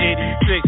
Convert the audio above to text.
86